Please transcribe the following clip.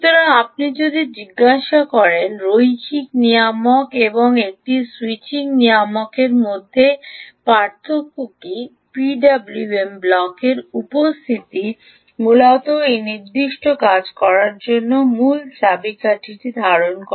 সুতরাং যদি আপনি জিজ্ঞাসা রৈখিক নিয়ামক এবং একটি স্যুইচিং নিয়ন্ত্রকের মধ্যে পার্থক্য কী পিডাব্লুএম ব্লকের উপস্থিতি মূলত এই নির্দিষ্ট কাজ করার মূল চাবিকাঠিটি ধারণ করে